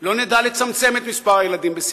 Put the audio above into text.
לא נדע לצמצם את מספר הילדים בסיכון,